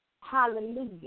Hallelujah